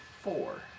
four